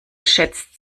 schätzt